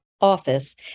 Office